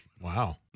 Wow